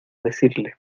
decirle